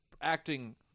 acting